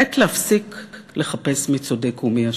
עת להפסיק לחפש מי צודק ומי אשם,